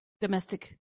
domestic